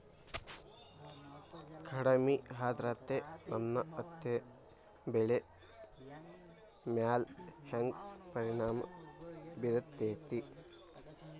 ಕಡಮಿ ಆದ್ರತೆ ನನ್ನ ಹತ್ತಿ ಬೆಳಿ ಮ್ಯಾಲ್ ಹೆಂಗ್ ಪರಿಣಾಮ ಬಿರತೇತಿ?